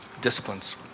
disciplines